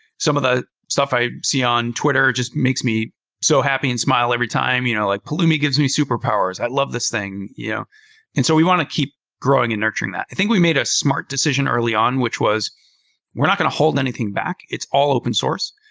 some of the stuff i see on twitter just makes me so happy and smile every time, you know like, pulumi gives me superpowers. i love this thing. yeah and so we want to keep growing and nurturing that. i think we made a smart decision early on, which was we're not going to hold anything back. it's all open source.